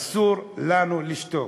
אסור לנו לשתוק.